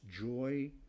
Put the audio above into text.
joy